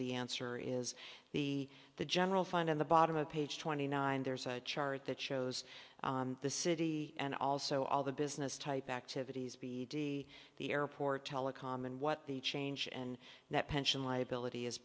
the answer is the the general fund in the bottom of page twenty nine there's a chart that shows the city and also all the business type activities b d the airport telecom and what they change and that pension liability has